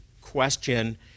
question